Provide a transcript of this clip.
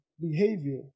behavior